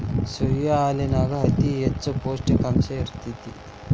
soya ಹಾಲನ್ಯಾಗ ಅತಿ ಹೆಚ್ಚ ಪೌಷ್ಟಿಕಾಂಶ ಇರ್ತೇತಿ